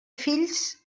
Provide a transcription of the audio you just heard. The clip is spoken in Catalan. fills